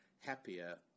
happier